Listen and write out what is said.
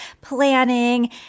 planning